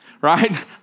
Right